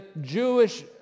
Jewish